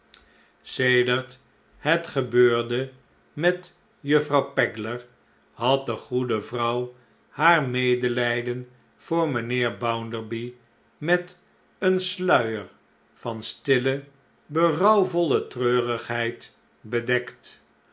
sedert het gebeurde met juffrouw pegler had de goede vrouw haar medelijden voor mynheer bounderby met een sluier van stille berouwvolle treurigheid bedekt